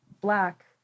black